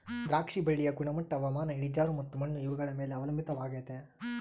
ದ್ರಾಕ್ಷಿ ಬಳ್ಳಿಯ ಗುಣಮಟ್ಟ ಹವಾಮಾನ, ಇಳಿಜಾರು ಮತ್ತು ಮಣ್ಣು ಇವುಗಳ ಮೇಲೆ ಅವಲಂಬಿತವಾಗೆತೆ